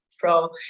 control